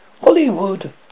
Hollywood